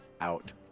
out